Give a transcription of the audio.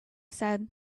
said